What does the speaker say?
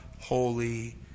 Holy